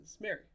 Mary